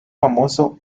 famoso